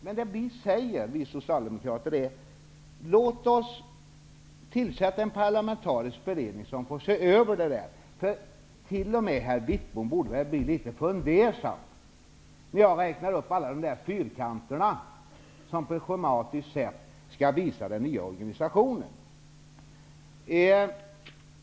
Men vi socialdemokrater säger: Låt oss tillsätta en parlamentarisk beredning som får se över detta. T.o.m. herr Wittbom borde väl bli litet fundersam när jag räknar upp alla dessa fyrkanter som på ett schematiskt sätt visar den nya organisationen.